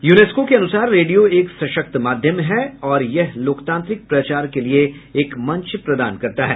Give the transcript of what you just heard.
UNESCO के अनुसार radio एक सशक्त माध्यम है और यह लोकतांत्रिक प्रचार के लिए एक मंच प्रदान करता है